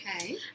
Okay